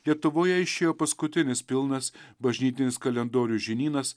lietuvoje išėjo paskutinis pilnas bažnytinis kalendorius žinynas